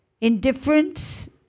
indifference